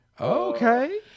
okay